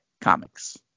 comics